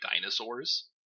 dinosaurs